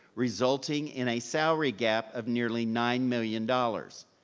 resulting in a salary gap of nearly nine million dollars.